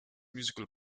musical